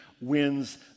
wins